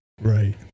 Right